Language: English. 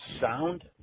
sound